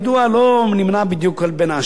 לא נמנה בדיוק בין העשירים.